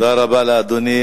תודה רבה לאדוני.